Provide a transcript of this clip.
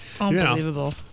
unbelievable